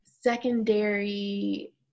secondary